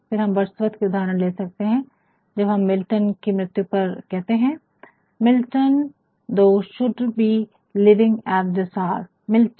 फिर हम वर्ड्सवर्थ से उदाहरण ले सकते है जब वह मिल्टन के मृत्यु पर कहते है Milton thou should be living at this hour "Milton thou should be living at this hour"